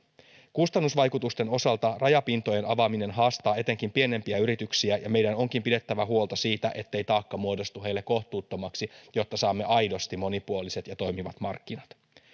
kustannusvaikutusten osalta rajapintojen avaaminen haastaa etenkin pienempiä yrityksiä ja meidän onkin pidettävä huolta siitä ettei taakka muodostu heille kohtuuttomaksi jotta saamme aidosti monipuoliset ja toimivat markkinat